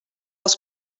els